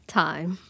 time